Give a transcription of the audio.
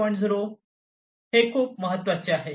0 हे खूप महत्वाचे आहेत